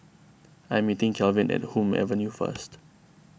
I am meeting Kalvin at Hume Avenue first